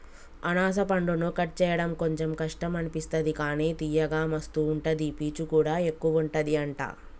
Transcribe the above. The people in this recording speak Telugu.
అనాస పండును కట్ చేయడం కొంచెం కష్టం అనిపిస్తది కానీ తియ్యగా మస్తు ఉంటది పీచు కూడా ఎక్కువుంటది అంట